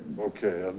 okay.